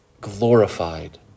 glorified